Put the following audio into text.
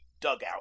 dugout